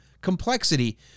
complexity